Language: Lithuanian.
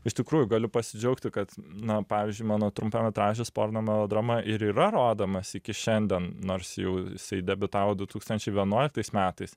iš tikrųjų galiu pasidžiaugti kad na pavyzdžiui mano trumpametražis porno melodrama ir yra rodomas iki šiandien nors jau jisai debiutavo du tūkstančiai vienuoliktais metais